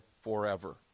forever